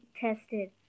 tested